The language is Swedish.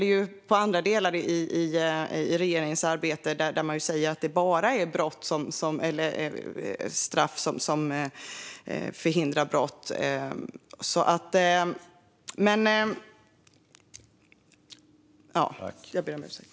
Men det gäller i andra delar av regeringens arbete, där man säger att det bara är straff som förhindrar brott.